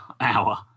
hour